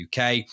uk